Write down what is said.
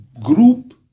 group